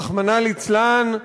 רחמנא ליצלן,